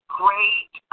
great